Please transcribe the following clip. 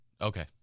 Okay